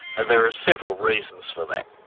there are several reasons for that.